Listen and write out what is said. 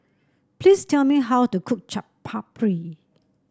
please tell me how to cook Chaat Papri